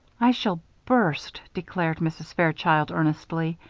i shall burst, declared mrs. fairchild, earnestly,